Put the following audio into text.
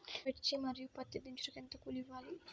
మిర్చి మరియు పత్తి దించుటకు ఎంత కూలి ఇవ్వాలి?